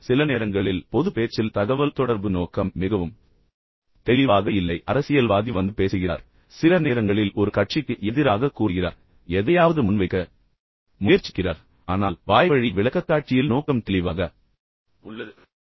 சில நேரங்களில் பொதுப் பேச்சில் தகவல்தொடர்பு நோக்கம் மிகவும் தெளிவாக இல்லை எனவே அரசியல்வாதி வந்து பேசுகிறார் சில நேரங்களில் ஒரு கட்சிக்கு எதிராக கூறுகிறார் அல்லது எதையாவது முன்வைக்க முயற்சிக்கிறார் ஆனால் வாய்வழி விளக்கக்காட்சியில் நோக்கம் மிகவும் தெளிவாக உள்ளது